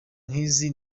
nkizi